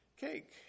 cake